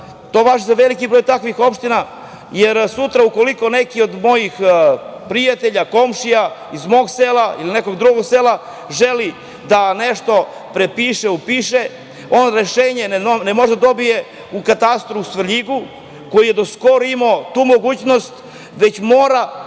to važi za veliki broj takvih opština, jer sutra ukoliko neki od mojih prijatelja, komšija iz mog sela ili nekog drugog sela želi da nešto prepiše, upiše, on rešenje ne može da dobije u Katastru u Svrljigu, koji je do skoro imao tu mogućnost, već mora